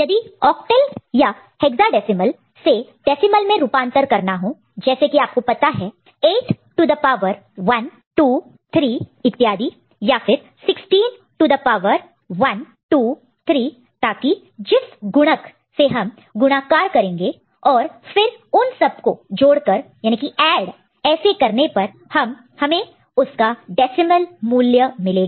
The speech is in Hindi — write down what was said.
यदि ऑक्टल या हेक्साडेसिमल से डेसिमल में रूपांतर कन्वर्शन conversion करना हो जैसे कि आपको पता है 8 टू द पावर 123 इत्यादि या फिर 16 टू द पावर 123 ताकि जिस गुणक कॉएफिशिएंट co efficientसे हम गुणाकार मल्टीप्लिकेशन multiplication करेंगे और फिर उन सबको जोड़कर ऐड add करेंगे ऐसे करने पर हमें उसका डेसिमल मूल्य मिलेगा